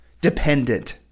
dependent